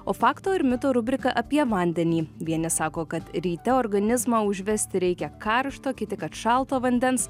o fakto ir mito rubriką apie vandenį vieni sako kad ryte organizmą užvesti reikia karšto kiti kad šalto vandens